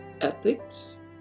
Ethics